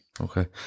Okay